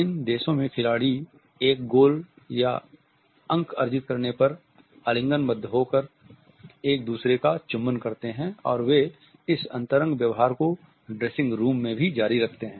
इन देशों में खिलाड़ी एक गोल या अंक अर्जित करने पर आलिंगनबद्ध होकर एक दूसरे का चुंबन करते है और वे इस अंतरंग व्यवहार को ड्रेसिंग रूम में भी जारी रखते है